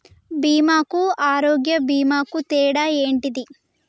బీమా కు ఆరోగ్య బీమా కు తేడా ఏంటిది?